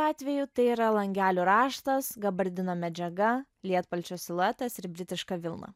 atveju tai yra langelių raštas gabardino medžiaga lietpalčio siluetas ir britiška vilna